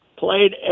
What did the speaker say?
Played